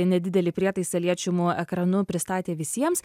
nedidelį prietaisą liečiamu ekranu pristatė visiems